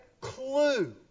clue